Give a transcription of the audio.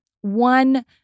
one